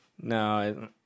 No